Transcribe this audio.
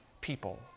people